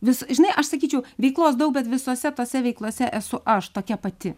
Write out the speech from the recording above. vis žinai aš sakyčiau veiklos daug bet visose tose veiklose esu aš tokia pati